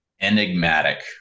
Enigmatic